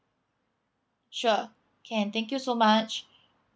sure can thank you so much